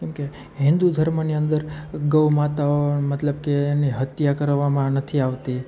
કેમકે હિન્દુ ધર્મની અંદર ગૌમાતાઓ મતલબ કે એની હત્યા કરવામાં નથી આવતી